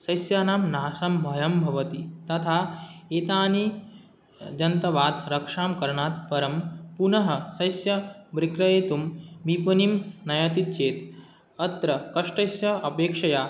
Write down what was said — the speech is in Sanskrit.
सस्यानां नाशभयं भवति तथा एतानि जन्तवात् रक्षां करणात् परं पुनः सस्यं विक्रयितुं विपणिं नयति चेत् अत्र कष्टस्य अपेक्षया